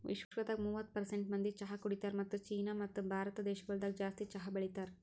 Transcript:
ವಿಶ್ವದಾಗ್ ಮೂವತ್ತು ಪರ್ಸೆಂಟ್ ಮಂದಿ ಚಹಾ ಕುಡಿತಾರ್ ಮತ್ತ ಚೀನಾ ಮತ್ತ ಭಾರತ ದೇಶಗೊಳ್ದಾಗ್ ಜಾಸ್ತಿ ಚಹಾ ಬೆಳಿತಾರ್